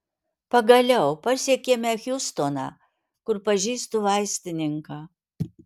pagaliau pasiekėme hjustoną kur pažįstu vaistininką